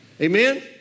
Amen